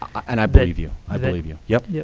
and i believe you. i believe you. yep, yeah